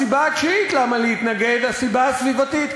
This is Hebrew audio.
הסיבה התשיעית למה להתנגד, הסיבה הסביבתית.